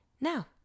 Now